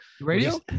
radio